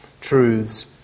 truths